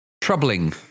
troubling